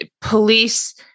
police